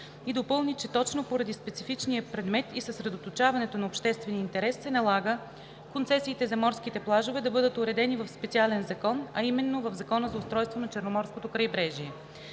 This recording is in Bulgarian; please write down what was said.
и допълни, че точно поради специфичния предмет и съсредоточаването на обществения интерес се налага концесиите за морските плажове да бъдат уредени в специален закон, а именно в Закона за устройството на Черноморското крайбрежие.